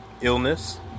illness